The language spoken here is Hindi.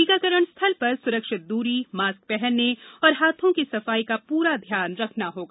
टीकाकरण स्थल पर सुरक्षित दूरी मास्क पहनने और हाथों की सफाई का पूरा ध्यान रखना होगा